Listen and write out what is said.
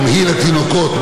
תמהיל התינוקות,